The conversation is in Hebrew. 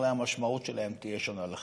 הרי המשמעות שלהם תהיה שונה לחלוטין.